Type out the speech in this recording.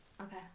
Okay